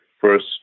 first